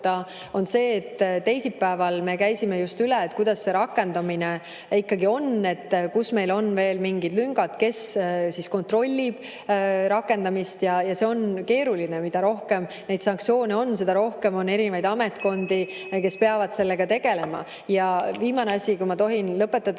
seda, et teisipäeval me käisime just üle, kuidas see rakendamine ikkagi toimub, kus meil on veel mingid lüngad ja kes kontrollib rakendamist. See on keeruline. Mida rohkem sanktsioone on, seda rohkem on erinevaid ametkondi, kes peavad nendega tegelema. Ja viimane asi, kui ma tohin sellega